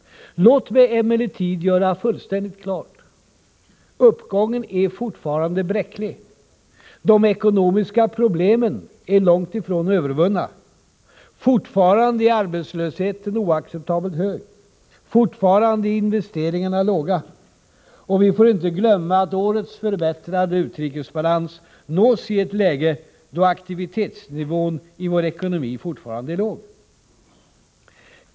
Låt mig emellertid göra fullständigt klart: Uppgången är fortfarande bräcklig. De ekonomiska problemen är långt ifrån övervunna. Fortfarande är arbetslösheten oacceptabelt hög. Fortfarande är investeringarna låga. Och vi får inte glömma att årets förbättrade utrikesbalans nås i ett läge där aktivitetsnivån i vår ekonomi fortfarande är låg.